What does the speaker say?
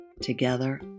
Together